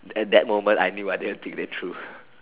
at that moment I knew I didn't think that through